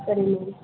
சரிங்க மேம்